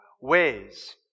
ways